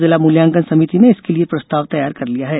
जिला मुल्याकंन समिति ने इसके लिये प्रस्ताव तैयार कर लिया है